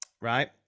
right